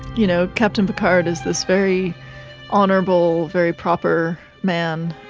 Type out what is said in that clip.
you know, captain picard is this very honourable, very proper man,